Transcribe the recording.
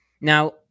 Now